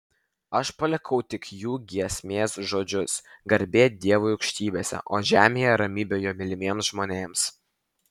aš palikau tik jų giesmės žodžius garbė dievui aukštybėse o žemėje ramybė jo mylimiems žmonėms